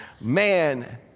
man